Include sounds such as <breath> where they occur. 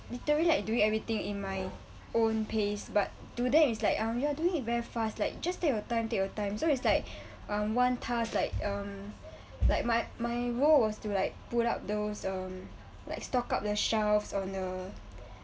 literally like doing everything in my own pace but to them it's like um you are doing it very fast like just take your time take your time so it's like <breath> um one task like um like my my role was to like put up those um like stock up their shelves on the